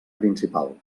principal